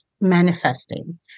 manifesting